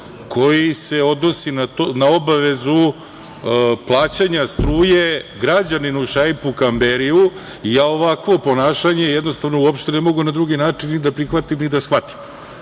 koji se odnosni na obavezu plaćanja struje građaninu Šaipu Kamberiju i ja ovakvo ponašanje jednostavno uopšte ne mogu na drugi način da prihvatim i da shvatim. Ovo